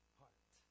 heart